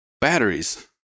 batteries